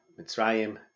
Mitzrayim